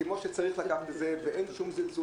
אחרי שפתחתם ויש לכם כבר כמה ימים ניסיון,